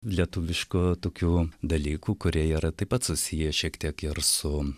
lietuviškų tokių dalykų kurie yra taip pat susiję šiek tiek ir su